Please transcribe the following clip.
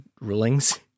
rulings